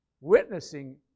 Witnessing